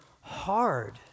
hard